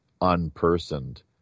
unpersoned